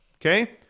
Okay